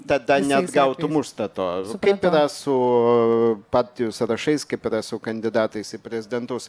tada neatgautum užstato kaip tada su partijų sąrašais kaip yra su kandidatais į prezidentus